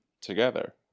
together